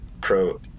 pro